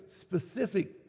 specific